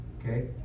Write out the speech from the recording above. Okay